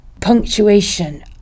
punctuation